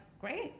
great